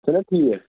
چھُنہٕ حظ ٹھیٖک